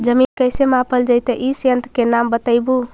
जमीन कैसे मापल जयतय इस यन्त्र के नाम बतयबु?